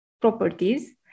properties